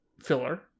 filler